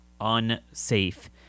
Unsafe